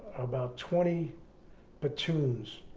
about twenty platoons,